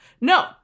No